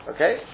Okay